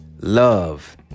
Love